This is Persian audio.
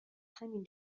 همین